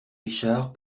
richard